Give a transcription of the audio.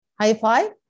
high-five